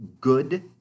good